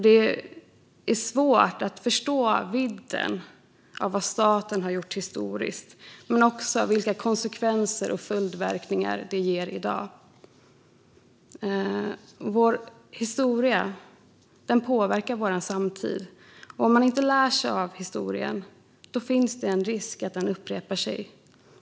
Det är svårt att förstå vidden av vad staten har gjort historiskt men också vilka konsekvenser och följdverkningar det ger i dag. Vår historia påverkar vår samtid, och om man inte lär sig av historien finns det risk att den upprepar sig.